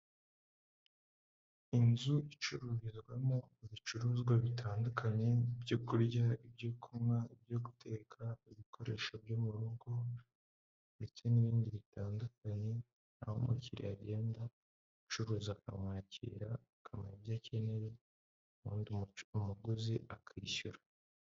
Inzu icururirwamo ibicuruzwa bitandukanye byo kurya, ibyo kunywa, ibyo guteka, ibikoresho byo mu rugo, ndetse n'ibindi bitandukanye aho umukiriya agenda umucuruza akamwakira akamaha ibyo akeneye ubundi umuguzi akishyura.